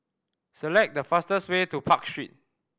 select the fastest way to Park Street